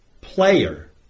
player